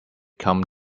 come